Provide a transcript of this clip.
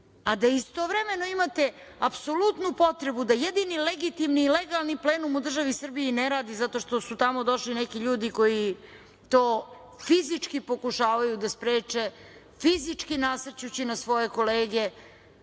a da istovremeno imate apsolutnu potrebu da jedini legitimni legalni plenum u državi Srbiji ne radi zato što su tamo došli neki ljudi koji to fizički pokušavaju da spreče, fizički nasrćući na svoje kolege,